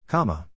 Comma